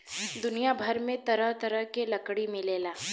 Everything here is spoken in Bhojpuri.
दुनिया भर में तरह तरह के लकड़ी मिलेला